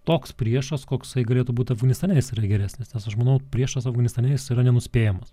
toks priešas koksai galėtų būti afganistane jis yra geresnis nes aš manau priešas afganistane jis yra nenuspėjamas